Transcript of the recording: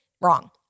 Wrong